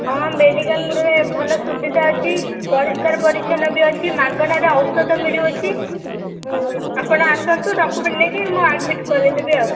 ହଁ ମେଡ଼ିକାଲ୍ରେ ଭଲ ସୁବିଧା ଅଛି ପରିଷ୍କାର ପରିଚ୍ଛନ୍ନ ବି ଅଛି ମାଗଣାରେ ଔଷଧ ମିଳୁଅଛି ଆପଣ ଆସନ୍ତୁ ଡକ୍ୟୁମେଣ୍ଟ୍ ନେଇକି ମୁଁ ଆଡ଼୍ମିଟ୍ କରେଇଦେବି ଆଉ